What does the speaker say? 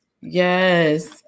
Yes